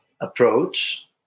approach